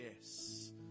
yes